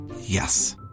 Yes